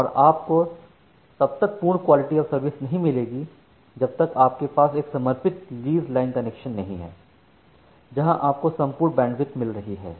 और आपको तब तक पूर्ण क्वालिटी ऑफ़ सर्विस नहीं मिलेगी जब तक आपके पास एक समर्पित लीज लाइन कनेक्शन नहीं है जहां आपको संपूर्ण बैंडविड्थ मिल रही है